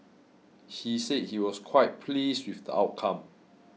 he said he was quite pleased with the outcome